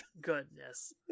goodness